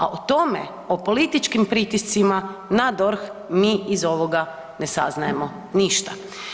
A o tome o političkim pritiscima na DORH mi iz ovoga ne saznajemo ništa.